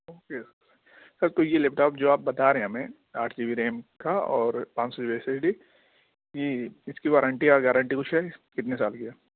okay sir sir تو یہ laptop جو آپ بتا رہے ہیں ہمیں آٹھ جی بی ریم کا اور پانچ سو G B S S D یہ اس کی وارنٹی یا گارنٹی کچھ ہے کتنے سال کی ہے